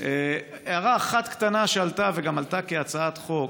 הערה אחת קטנה שעלתה, וגם עלתה כהצעת חוק,